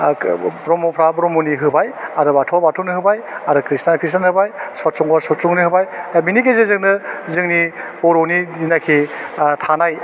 ओह ब्रह्मफ्रा ब्रह्मनि होबाय आरो बाथौवा बाथौनि होबाय आरो ख्रिष्टाना ख्रिष्टान होबाय सतशंघआ सतशंघनि होबाय दा बिनि गेजेरजोंनो जोंनि बर'नि जिनाखि आह थानाय